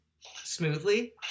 smoothly